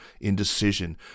indecision